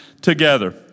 together